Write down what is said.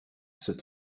tussen